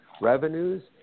revenues